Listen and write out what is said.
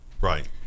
Right